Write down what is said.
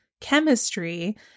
chemistry